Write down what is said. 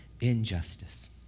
injustice